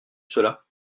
cela